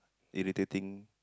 irritating